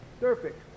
Perfect